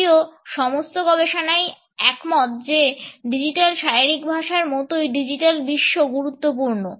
যদিও সমস্ত গবেষণাই একমত যে ডিজিটাল শারীরিক ভাষার মতোই ডিজিটাল বিশ্ব গুরুত্বপূর্ণ